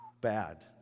bad